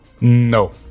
No